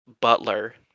butler